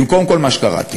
במקום כל מה שקראתי: